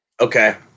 Okay